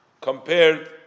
compared